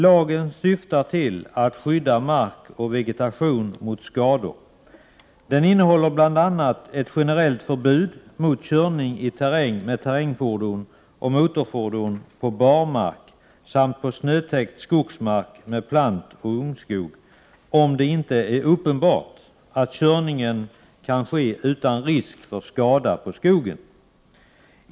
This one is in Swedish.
Lagen syftar till att skydda mark och vegetation mot skador. Den innehåller bl.a. ett generellt förbud mot körning i terräng med terrängfordon och motorfordon på barmark samt på snötäckt skogsmark med plantoch ungskog, om det inte är uppenbart att körningen kan ske utan risk för skada på skogen.